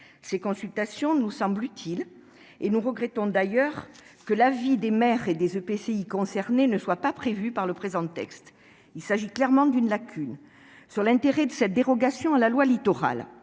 Ces consultations nous semblent utiles, mais nous regrettons cependant que l'avis des maires et des EPCI concernés ne soit pas prévu. Il s'agit clairement d'une lacune. Sur l'intérêt de cette dérogation à la loi Littoral,